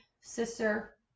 sister